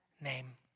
name